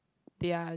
they are